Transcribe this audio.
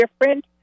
different